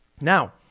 Now